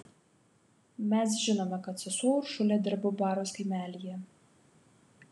mes žinome kad sesuo uršulė dirbo baros kaimelyje